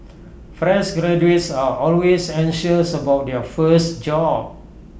fresh graduates are always anxious about their first job